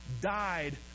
died